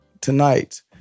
tonight